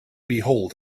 behold